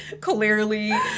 clearly